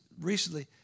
recently